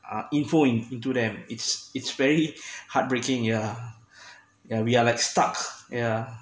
uh info in into them it's it's very heartbreaking yeah yeah we are like stuck yeah